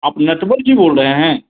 आप नटवर जी बोल रहे हैं